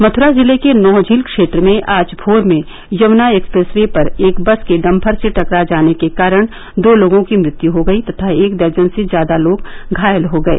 मथुरा जिले के नौहझील क्षेत्र में आज भोर में यमुना एक्सप्रेस वे पर एक बस के डम्फर से टकरा जाने के कारण दो लोगों की मृत्यु हो गयी तथा एक दर्जन से ज्यादा लोग घायल हो गये